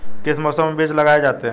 किस मौसम में बीज लगाए जाते हैं?